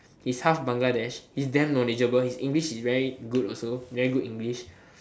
he's half Bangladesh he's damn knowledgeable his english is good also very good english